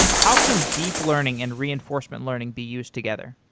how can deep learning and reinforcement learning be used together?